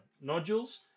nodules